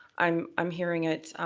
i'm i'm hearing it